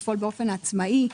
לפעול באופן עצמאי,